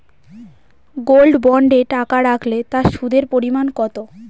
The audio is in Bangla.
গোল্ড বন্ডে টাকা রাখলে তা সুদের পরিমাণ কত?